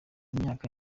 imyaka